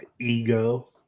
ego